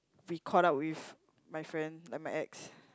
we caught up with my friend like my ex